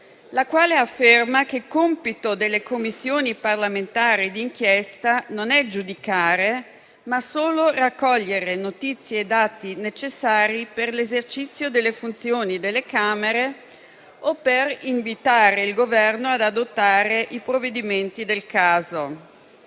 la quale afferma che compito delle Commissioni parlamentari d'inchiesta non è giudicare, ma solo raccogliere notizie e dati necessari per l'esercizio delle funzioni delle Camere o per invitare il Governo ad adottare i provvedimenti del caso.